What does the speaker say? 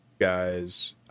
guys